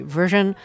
version